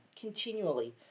continually